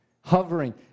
hovering